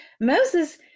Moses